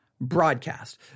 broadcast